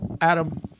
Adam